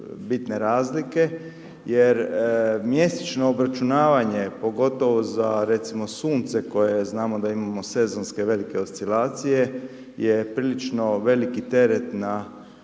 bitne razlike, jer mjesečno obračunavanje pogotovo za recimo sunce koje znamo da imamo sezonske velike oscilacije je prilično veliki teret na